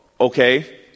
okay